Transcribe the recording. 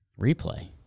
Replay